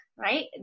right